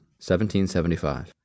1775